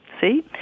See